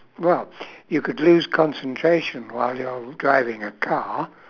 well you could lose concentration while you're driving a car